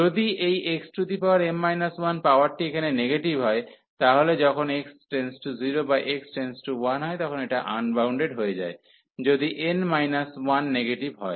যদি এই xm 1 পাওয়ারটি এখানে নেগেটিভ তাহলে যখন x→0 বা x→1 হয় তখন এটা আনবাউন্ডেড হয়ে যায় যদি n 1 নেগেটিভ হয়